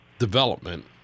Development